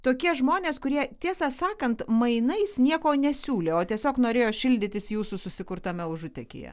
tokie žmonės kurie tiesą sakant mainais nieko nesiūlė o tiesiog norėjo šildytis jūsų susikurtame užutekyje